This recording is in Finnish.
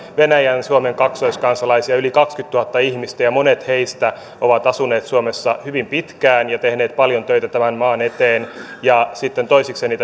venäjän ja suomen kaksoiskansalaisia yli kaksikymmentätuhatta ihmistä ja monet heistä ovat asuneet suomessa hyvin pitkään ja tehneet paljon töitä tämän maan eteen sitten toiseksi eniten